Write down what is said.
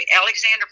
Alexander